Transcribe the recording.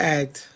act